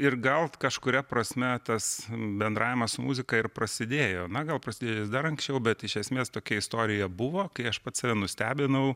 ir gal kažkuria prasme tas bendravimas muzika ir prasidėjo na gal prasidėjęs dar anksčiau bet iš esmės tokia istorija buvo kai aš pats save nustebinau